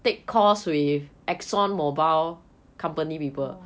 oh